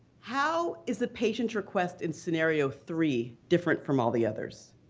how is the patient's request in scenario three different from all the others?